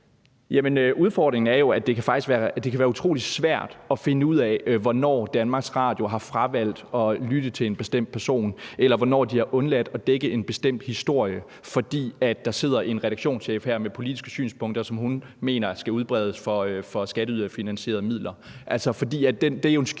udfordringen er jo, at det kan være utrolig svært at finde ud af, hvornår DR har fravalgt at lytte til en bestemt person, eller hvornår de har undladt at dække en bestemt historie, fordi der sidder en redaktionschef med politiske synspunkter, som hun mener skal udbredes for skatteyderfinansierede midler.